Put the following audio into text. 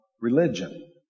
religion